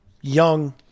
young